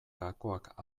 gakoak